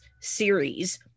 series